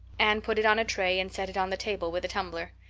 anne put it on a tray and set it on the table with a tumbler.